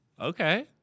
Okay